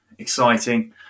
exciting